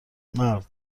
مرد